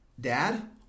dad